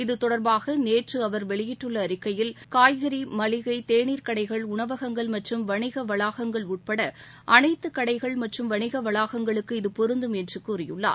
இது தொடர்பாக நேற்று அவர் வெளியிட்டுள்ள அறிக்கையில் காய்கறி மளிகை தேனீர் கடைகள் உணவகங்கள் மற்றும் வணிக வளாகங்கள் உட்பட அனைத்து கடைகள் மற்றும் வணிக வளாகங்களுக்கு இது பொருந்தும் என்று கூறியுள்ளார்